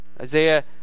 Isaiah